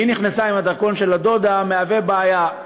והיא נכנסה עם הדרכון של הדודה, מהווה בעיה.